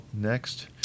next